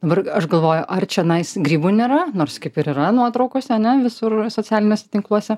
dabar aš galvoju ar čionais grybų nėra nors kaip ir yra nuotraukose ane visur socialiniuose tinkluose